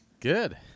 Good